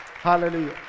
Hallelujah